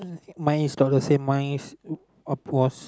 mine is got the same mine is